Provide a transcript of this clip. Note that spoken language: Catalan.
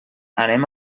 anem